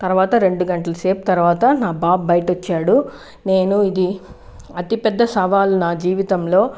తర్వాత రెండు గంటల సేపు తర్వాత నా బాబు బయటికి వచ్చాడు నేను ఇది అతి పెద్ద సవాలు నా జీవితంలో